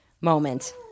moment